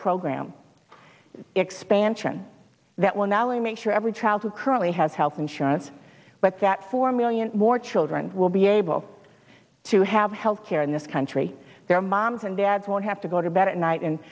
program antron that will now i make sure every child who currently has health insurance but that four million more children will be able to have health care in this country their moms and dads won't have to go to bed at night and